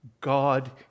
god